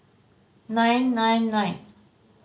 nine nine nine